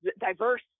diverse